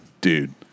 dude